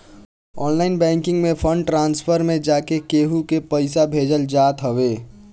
online banking में fund transfer में जाके केहू के पईसा भेजल जात हवे